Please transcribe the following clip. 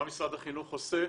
מה משרד החינוך עושה,